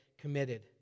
committed